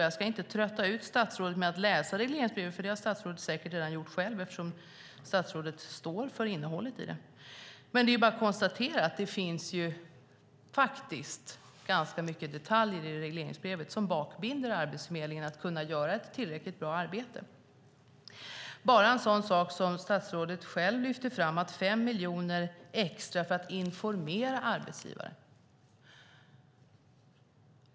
Jag ska inte trötta ut statsrådet med att läsa regleringsbrevet. Det har statsrådet säkert redan gjort själv eftersom hon står för innehållet i det. Men det är bara att konstatera att det finns många detaljer i regleringsbrevet som bakbinder Arbetsförmedlingen att göra ett tillräckligt bra arbete. Statsrådet lyfte själv fram att 5 miljoner extra ges för att informera arbetsgivare.